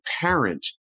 parent